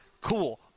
cool